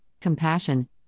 compassion